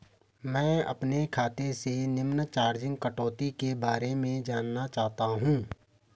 मैं अपने खाते से निम्न चार्जिज़ कटौती के बारे में जानना चाहता हूँ?